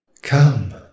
Come